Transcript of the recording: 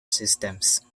systems